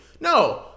No